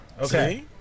Okay